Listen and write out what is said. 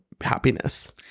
happiness